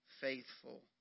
faithful